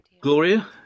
Gloria